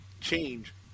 change